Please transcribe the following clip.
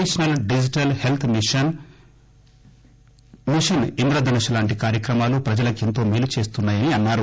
national digital health mission Indradhanush లాంటి కార్యక్రమాలు ప్రజలకెంతో మేలు చేస్తున్న యని అన్నారు